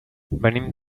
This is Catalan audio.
venim